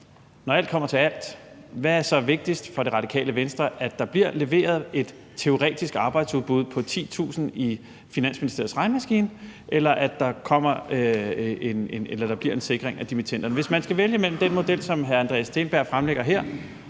Når alt kommer til alt, hvad er så vigtigst for Det Radikale Venstre? At der bliver leveret et teoretisk arbejdsudbud på 10.000 i Finansministeriets regnemaskine, eller at der bliver en sikring af dimittenderne? Hvis man skal vælge mellem den model, som hr. Andreas Steenberg fremlægger her,